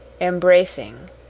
embracing